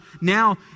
now